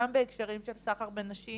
גם בהקשרים של סחר בנשים